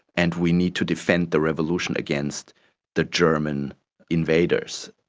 and we need to defend the revolution against the german invaders.